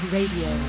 Radio